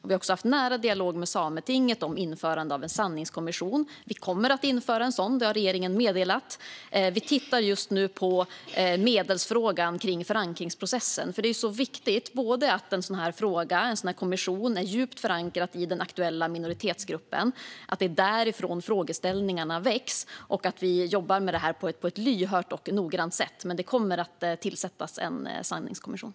Vi har också haft en nära dialog med Sametinget om införande av en sanningskommission. Regeringen har meddelat att vi kommer att införa en sådan. Vi tittar just nu på frågan om medel för förankringsprocessen. Det är viktigt både att frågan om en sådan kommission är djupt förankrad i den aktuella minoritetsgruppen, att det är därifrån frågeställningarna väcks, och att vi jobbar med det på ett lyhört och noggrant sätt. Men det kommer att tillsättas en sanningskommission.